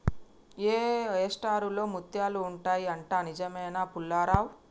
oyster లో ముత్యాలు ఉంటాయి అంట, నిజమేనా పుల్లారావ్